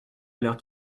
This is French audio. l’heure